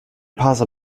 parser